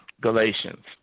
Galatians